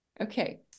Okay